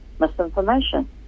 misinformation